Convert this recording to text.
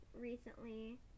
recently